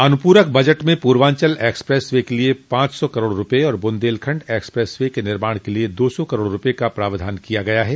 अनुपूरक बजट में Purvanchal expressway के लिये पांच सौ करोड़ रूपये और बुन्देलखंड एक्सप्रेस वे के निर्माण के लिये दो सौ करोड़ रूपये का प्रावधान किया है